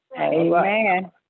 Amen